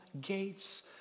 gates